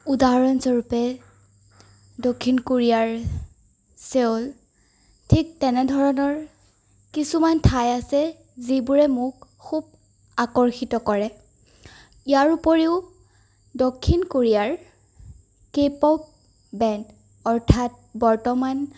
উদাহৰণস্বৰূপে দক্ষিণ কোৰিয়াৰ চেউল ঠিক তেনেধৰণৰ কিছুমান ঠাই আছে যিবোৰে মোক খুব আকৰ্ষিত কৰে ইয়াৰ উপৰিও দক্ষিণ কোৰিয়াৰ কে পপ বেণ্ড অৰ্থাৎ বৰ্তমান